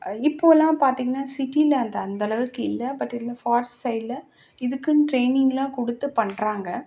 இப்போலாம் பார்த்தீங்கன்னா சிட்டியில் அந்த அந்தளவுக்கு இல்லலை பட் இதில் ஃபாரஸ்ட் சைடில் இதுக்குன்னு ட்ரைனிங்கெலாம் கொடுத்து பண்ணுறாங்க